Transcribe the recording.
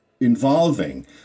involving